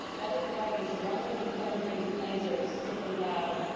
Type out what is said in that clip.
that is why these rumbling thundering planes are extremely loud.